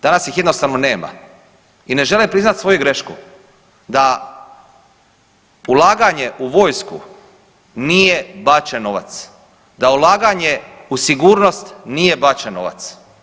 Danas ih jednostavno nema i ne žele priznati svoju grešku, da ulaganje u vojsku nije bačen novac, da ulaganje u sigurnost nije bačen novac.